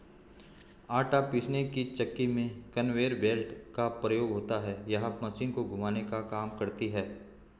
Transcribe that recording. आटा पीसने की चक्की में कन्वेयर बेल्ट का प्रयोग होता है यह मशीन को घुमाने का काम करती है